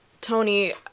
Tony